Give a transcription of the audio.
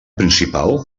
principal